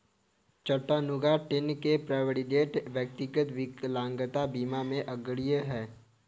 Chattanooga, Tenn के Provident, व्यक्तिगत विकलांगता बीमा में अग्रणी हैं